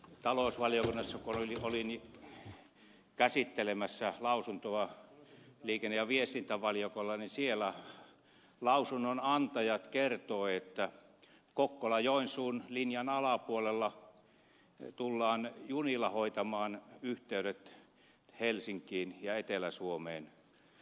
talousvaliokunnassa kun olin käsittelemässä lausuntoa liikenne ja viestintävaliokunnalle lausunnonantajat kertoivat että kokkolajoensuu linjan alapuolella tullaan junilla hoitamaan yhteydet helsinkiin ja etelä suomeen